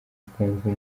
twumva